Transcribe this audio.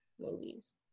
movies